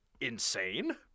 insane